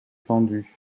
pendue